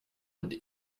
und